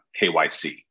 kyc